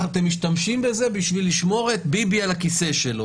אתם משתמשים בזה בשביל לשמור את ביבי על הכיסא אלו